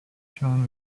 john